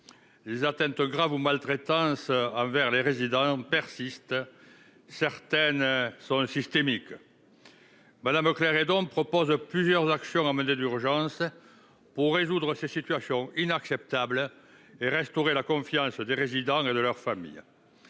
Les atteintes graves ou maltraitances envers les résidents persistent, et certaines sont systémiques. Mme Claire Hédon propose ainsi plusieurs actions à mener d'urgence pour mettre fin à ces situations inacceptables et restaurer la confiance des résidents et de leurs familles.